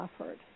offered